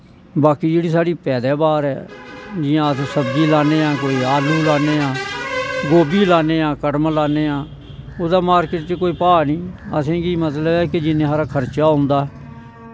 बाकी जेह्ड़ी साढ़ी पैदाबार ऐ जियां अस सब्जी लान्ने आं आलू लान्ने आं गोभी लान्ने आं कड़म लान्ने आं ओह्दा मार्केट च कोई भा नेंई असेंगी मतलव ऐ कि जिन्ना हारा खर्चा औंदा